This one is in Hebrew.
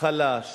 חלש